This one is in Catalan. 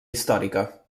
històrica